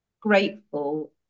grateful